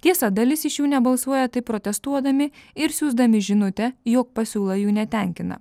tiesa dalis iš jų nebalsuoja taip protestuodami ir siųsdami žinutę jog pasiūla jų netenkina